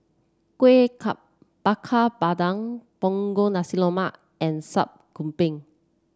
Kuih Bakar Pandan Punggol Nasi Lemak and Sup Kambing